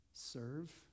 Serve